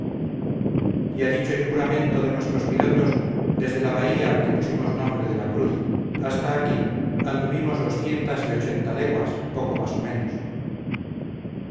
y a dicho y juramento de nuestros pilotos desde la bahía que pusimos nombre de la cruz hasta aquí anduvimos doscientas y ochenta leguas poco más o menos